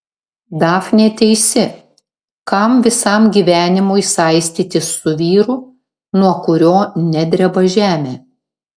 dafnė teisi kam visam gyvenimui saistytis su vyru nuo kurio nedreba žemė